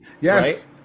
Yes